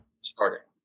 Starting